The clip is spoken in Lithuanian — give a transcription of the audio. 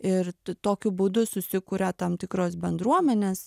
ir tokiu būdu susikuria tam tikros bendruomenės